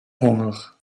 honger